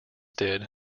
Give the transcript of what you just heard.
did